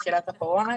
בתחילת הקורונה,